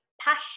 passion